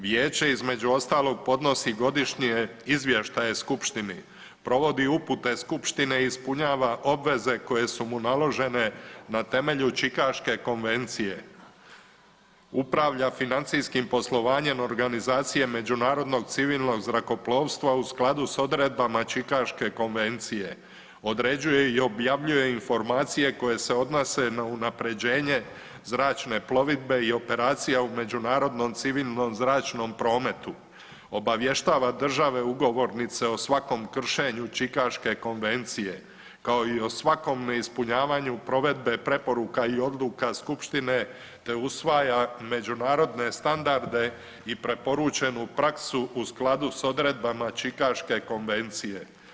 Vijeće između ostalog podnosi godišnje izvještaje skupštini, provodi upute skupštine i ispunjava obveze koje su mu naložene na temelju Čikaške konvencije, upravlja financijskim poslovanjem Organizacije međunarodnog civilnog zrakoplovstva u skladu s odredbama Čikaške konvencije, određuje i objavljuje informacije koje se odnose na unaprjeđenje zračne plovidbe i operacija u međunarodnom civilnom zračnom prometu, obavještava države ugovornice o svakom kršenju Čikaške konvencije, kao i o svakom neispunjavanju provedbe preporuka i odluka skupštine, te usvaja međunarodne standarde i preporučenu praksu u skladu s odredbama Čikaške konvencije.